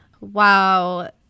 Wow